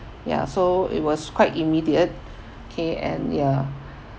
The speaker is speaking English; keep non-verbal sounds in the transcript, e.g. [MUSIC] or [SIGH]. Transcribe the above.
ya so it was quite immediate [BREATH] okay and ya